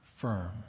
firm